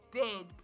dead